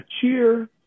cheer